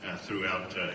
throughout